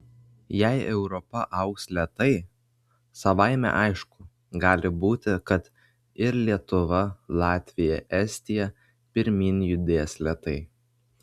jei europa augs lėtai savaime aišku gali būti kad ir lietuva latvija estija pirmyn judės lėtai